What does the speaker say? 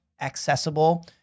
accessible